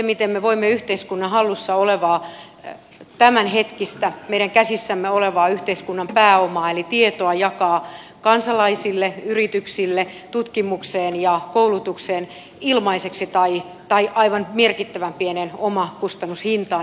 miten me voimme yhteiskunnan hallussa olevaa tämänhetkistä meidän käsissämme olevaa yhteiskunnan pääomaa eli tietoa jakaa kansalaisille yrityksille tutkimukseen ja koulutukseen ilmaiseksi tai aivan merkittävän pieneen omakustannushintaan